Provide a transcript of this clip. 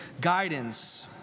guidance